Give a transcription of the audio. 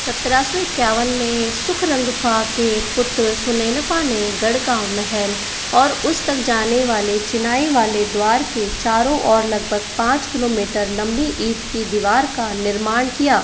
सत्रह सौ इक्यावन में सुखरंगफा के पुत्र सुनेनफा ने गढ़गाँव महल और उस तक जाने वाले चिनाई वाले द्वार के चारों ओर लगभग पाँच किलोमीटर लंबी ईंट की दीवार का निर्माण किया